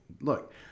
look